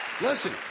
Listen